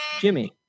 Jimmy